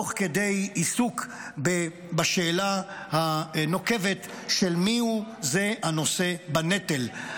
תוך כדי עיסוק בשאלה הנוקבת מיהו זה הנושא בנטל.